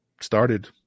started